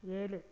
ஏழு